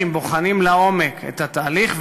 אם בוחנים לעומק את התהליך,